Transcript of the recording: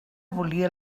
volia